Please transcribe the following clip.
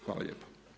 Hvala lijepa.